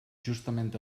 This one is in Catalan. justament